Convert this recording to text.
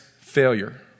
failure